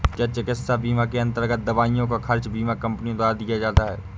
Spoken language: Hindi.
क्या चिकित्सा बीमा के अन्तर्गत दवाइयों का खर्च बीमा कंपनियों द्वारा दिया जाता है?